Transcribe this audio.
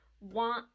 want